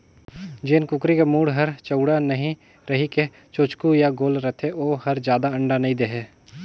जेन कुकरी के मूढ़ हर चउड़ा नइ रहि के चोचकू य गोल रथे ओ हर जादा अंडा नइ दे